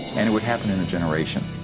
and it would happen in a generation.